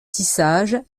tissage